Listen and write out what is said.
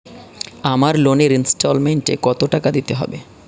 আমার লোনের ইনস্টলমেন্টৈ কত টাকা দিতে হবে?